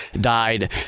died